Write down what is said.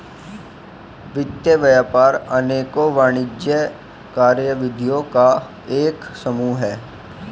वित्त व्यापार अनेकों वाणिज्यिक कार्यविधियों का एक समूह है